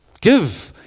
give